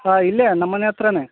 ಹಾಂ ಇಲ್ಲೇ ನಮ್ಮ ಮನೆ ಹತ್ರನೇ